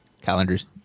calendars